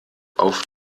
auf